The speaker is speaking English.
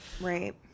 Right